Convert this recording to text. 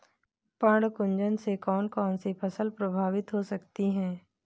पर्ण कुंचन से कौन कौन सी फसल प्रभावित हो सकती है?